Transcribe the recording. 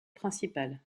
principales